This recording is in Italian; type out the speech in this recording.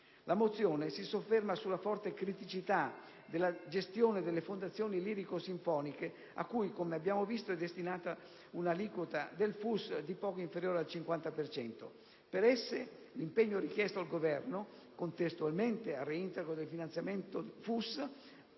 La mozione si sofferma sulla forte criticità della gestione delle fondazioni lirico-sinfoniche, alle quali è destinata un'aliquota del FUS di poco inferiore al 50 per cento. Per esse, l'impegno richiesto al Governo, contestualmente al reintegro del finanziamento del